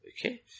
Okay